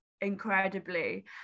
incredibly